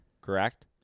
correct